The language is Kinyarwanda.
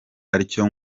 atyo